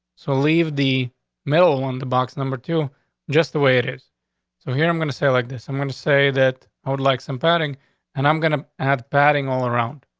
so leave the middle on the box number two just the way it is so here. i'm going to say like this. i'm going to say that i would like some padding and i'm gonna have padding all around.